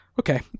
Okay